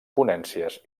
ponències